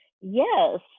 Yes